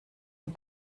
und